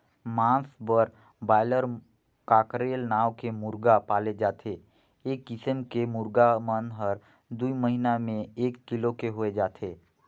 मांस बर broiler, cockerel नांव के मुरगा पाले जाथे ए किसम के मुरगा मन हर दूई महिना में एक किलो के होय जाथे